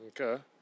Okay